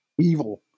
evil